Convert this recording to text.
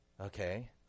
Okay